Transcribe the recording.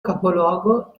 capoluogo